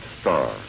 Star